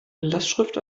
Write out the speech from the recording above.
lastschrift